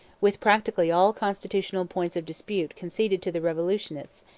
with practically all constitutional points of dispute conceded to the revolutionists,